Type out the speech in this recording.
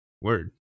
word